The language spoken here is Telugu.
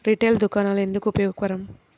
రిటైల్ దుకాణాలు ఎందుకు ఉపయోగకరం?